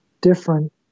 different